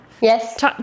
yes